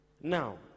Now